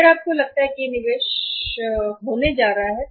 अगर आपको लगता है कि यहां निवेश होने जा रहा है